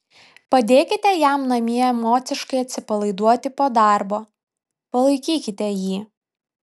padėkite jam namie emociškai atsipalaiduoti po darbo palaikykite jį